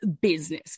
business